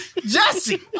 Jesse